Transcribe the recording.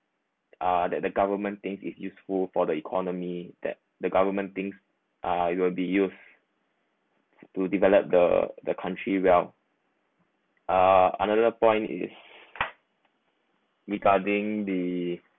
uh that the government thinks is useful for the economy that the government thinks uh it will be used to develop the the country well err another point is regarding the